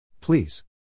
Please